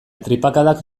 tripakadak